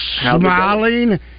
smiling